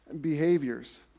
behaviors